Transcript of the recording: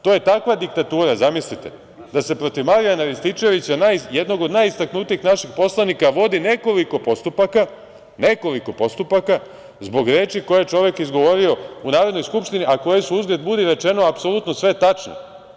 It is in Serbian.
To je takva diktatura, zamislite, da se protiv Marijana Rističevića, jednog od najistaknutijih naših poslanika, vodi nekoliko postupaka zbog reči koje je čovek izgovorio u Narodnoj skupštini, a koje su, uzgred budi rečeno, sve tačne.